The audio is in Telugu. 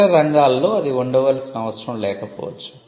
ఇతర రంగాలలో అది ఉండవలసిన అవసరం లేకపోవచ్చు